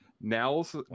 Nels